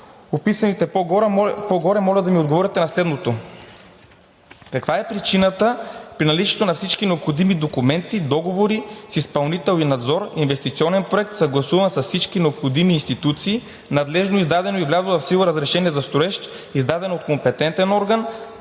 описан по-горе, моля да ми отговорите на следното: